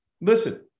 listen